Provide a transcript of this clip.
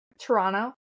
Toronto